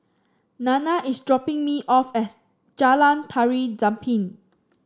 Nana is dropping me off at Jalan Tari Zapin